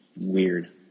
weird